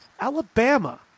Alabama